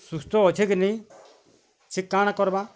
ସୁସ୍ଥ ଅଛେ କି ନାଇଁ ସେ କାଣା କର୍ବା